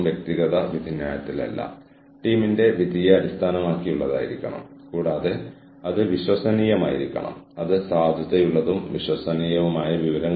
വ്യക്തവും പ്രവർത്തന അധിഷ്ഠിതവുമായ ആശയവിനിമയം ജീവനക്കാരുടെ ആവശ്യമുള്ള പെരുമാറ്റത്തിന്റെ സൂചന ഉൾപ്പെടെ വളരെ നിർണായകമാണ്